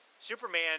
Superman